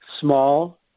small